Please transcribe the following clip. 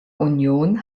union